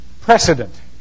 precedent